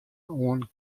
oan